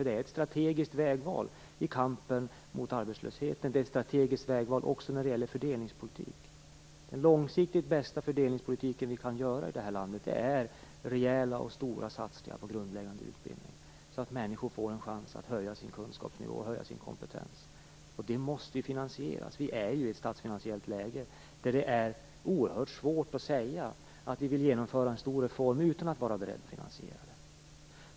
Det är ett strategiskt vägval i kampen mot arbetslösheten och också när det gäller fördelningspolitiken. Den långsiktigt bästa fördelningspolitik vi kan genomföra i det här landet är rejäla, stora satsningar på grundläggande utbildning, så att människor får en chans att höja sin kunskapsnivå och höja sin kompetens. Detta måste finansieras. Vi befinner oss i ett statsfinansiellt läge som gör det oerhört svårt att säga att vi vill genomföra en stor reform utan att vara beredda att finansiera den.